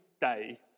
day